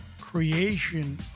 creation